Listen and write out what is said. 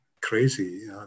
crazy